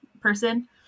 Person